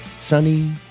sunny